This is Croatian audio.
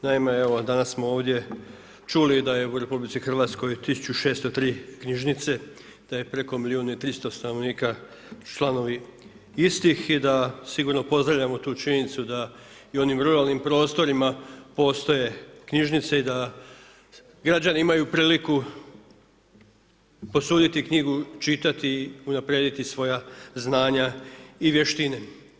Naime evo, danas smo ovdje čuli da je u RH 1603 knjižnice, da je preko milijun i 300 stanovnika članovi istih i da sigurno pozdravljamo tu činjenicu da i u onim ruralnim prostorima postoje knjižnice i da građani imaju priliku posuditi knjigu, čitati, unaprijediti svoja znanja i vještine.